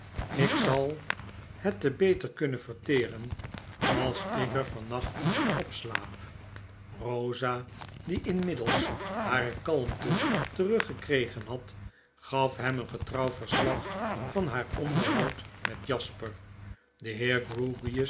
ik zal het te beter kunnen verteren als ik er van nacht op slaap rosa die inmiddels hare kalmte teruggekregen had gaf hem een getrouw verslag van haar onderhoud met jasper de